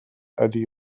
ydi